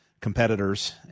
competitors